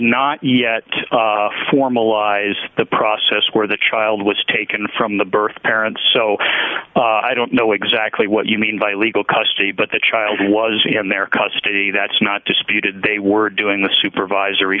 not yet formalized the process where the child was taken from the birth parents so i don't know exactly what you mean by legal custody but the child was in their custody that's not disputed they were doing the supervisory